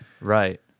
Right